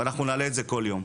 ואנחנו נעלה את זה כל יום.